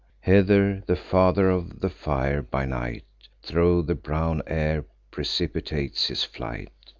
hether the father of the fire, by night, thro' the brown air precipitates his flight.